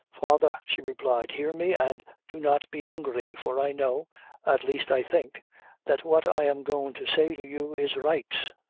father, she replied, hear me, and do not be angry, for i know at laste i think that what i am goin' to say to you is right.